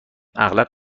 اغلب